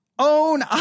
own